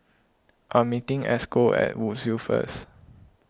I am meeting Esco at Woodsville first